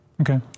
Okay